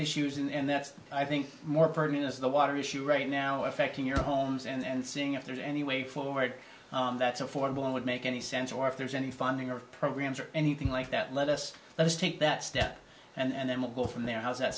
issues and that's i think more pertinent is the water issue right now affecting your homes and seeing if there's any way forward that's affordable and would make any sense or if there's any funding or programs or anything like that let us let's take that step and then we'll go from there how's that